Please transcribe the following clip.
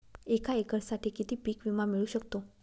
एका एकरसाठी किती पीक विमा मिळू शकतो?